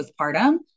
postpartum